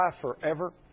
forever